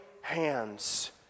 hands